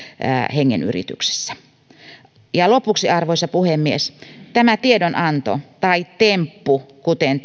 hengen yrityksessä lopuksi arvoisa puhemies tämä tiedonanto tai temppu kuten